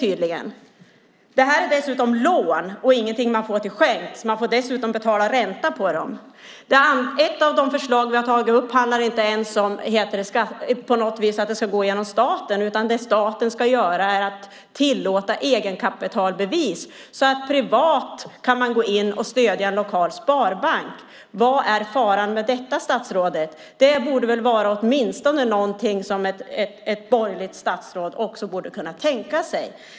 Här är det dock fråga om lån och ingenting som man får till skänks. Till på köpet får man betala ränta på lånet. Ett av de förslag vi tagit upp handlar inte ens om att det på något sätt ska gå via staten. Det staten ska göra är att tillåta egenkapitalbevis så att man privat kan gå in och stödja en lokal sparbank. Vad är faran med det, statsrådet? Det borde väl vara något som även ett borgerligt statsråd skulle kunna tänka sig.